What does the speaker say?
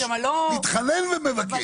מתחנן ומבקש.